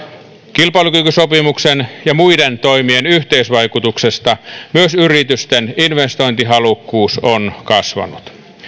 kilpailukykysopimuksen ja muiden toimien yhteisvaikutuksesta myös yritysten investointihalukkuus on kasvanut